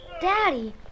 Daddy